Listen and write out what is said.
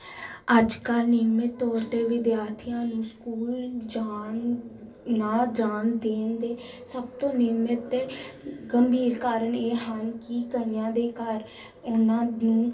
ਅੱਜ ਕੱਲ੍ਹ ਨਿਯਮਿਤ ਤੌਰ 'ਤੇ ਵਿਦਿਆਰਥੀਆਂ ਨੂੰ ਸਕੂਲ ਜਾਣ ਨਾ ਜਾਣ ਦੇਣ ਦੇ ਸਭ ਤੋਂ ਨਿਯਮਿਤ ਅਤੇ ਗੰਭੀਰ ਕਾਰਨ ਇਹ ਹਨ ਕਿ ਕਈਆਂ ਦੇ ਘਰ ਉਹਨਾਂ ਨੂੰ